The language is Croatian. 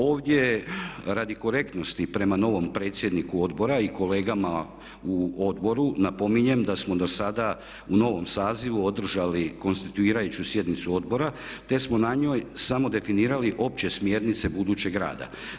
Ovdje radi korektnosti prema novom predsjedniku odbora i kolegama u odboru napominjem da smo dosada u novom sazivu održali konstituirajuću sjednicu odbora te smo na njoj samo definirali opće smjernice budućeg rada.